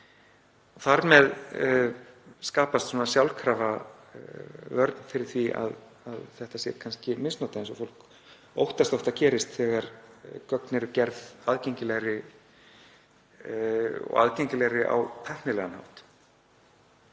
Þar með skapast sjálfkrafa vörn fyrir því að þetta sé kannski misnotað eins og fólk óttast oft að gerist þegar gögn eru gerð aðgengilegri og þá aðgengilegri á tæknilegan hátt.